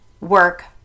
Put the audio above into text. work